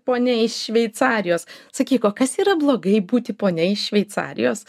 ponia iš šveicarijos sakyk o kas yra blogai būti ponia iš šveicarijos